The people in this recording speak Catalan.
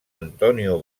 antonio